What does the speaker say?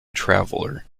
traveler